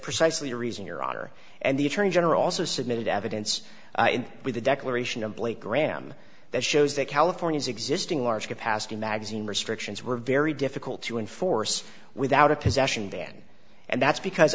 precisely the reason your honor and the attorney general also submitted evidence with the declaration of blake graham that shows that california's existing large capacity magazine restrictions were very difficult to enforce without a possession then and that's because